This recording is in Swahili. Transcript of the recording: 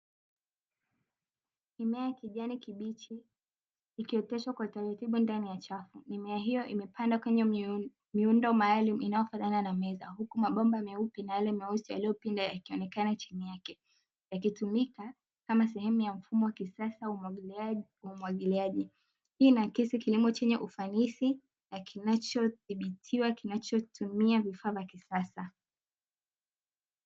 Mimea ya kijani kibichi ikioteshwa kwa utaratibu ndani ya chafu, mimea hiyo imepanda kwenye miundo maalumu, inayofanana na meza huku mabomba meupe na yale meusi yaliyo pinda yakionekana chini yake, yakitumika kama sehemu ya mfumo wa kisasa wa umwagiliaji. Hii ina akisi kilimo chenye ufanisi na kinachothibitiwa kinachotumia vifaa vya kisasa.